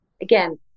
again